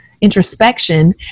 introspection